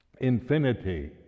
infinity